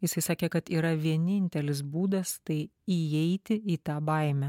jisai sakė kad yra vienintelis būdas tai įeiti į tą baimę